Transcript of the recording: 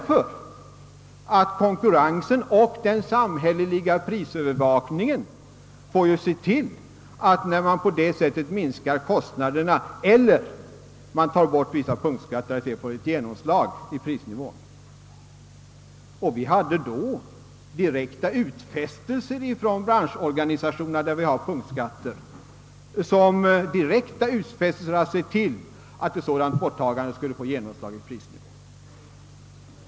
När kostnaderna minskas och när man tar bort vissa punktskatter får konkurrensen och den samhälleliga prisövervakningen se till att detta också får ett genomslag i prisnivån. Vi hade från de branschorganisationer, där punktskatter förekommer, direkta utfästelser om att de skulle se till att ett sådant borttagande skulle få genomslag i prisnivån.